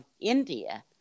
India